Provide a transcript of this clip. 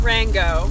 Rango